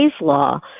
law